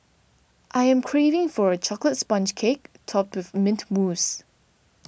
I am craving for a chocolates sponge cake topped with Mint Mousse